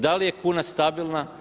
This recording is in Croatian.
Da li je kuna stabilna?